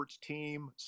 team